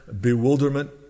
bewilderment